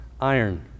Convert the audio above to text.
iron